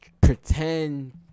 pretend